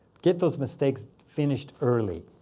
get those mistakes finished early.